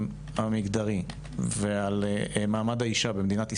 המגדרי ועל מעמד האישה במדינת ישראל,